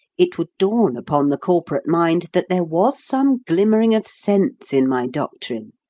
it would dawn upon the corporate mind that there was some glimmering of sense in my doctrine,